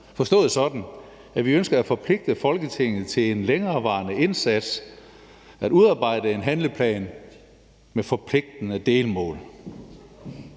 forstået sådan, at vi ønsker at forpligte Folketinget til en længerevarende indsats, at udarbejde en handleplan med forpligtende delmål,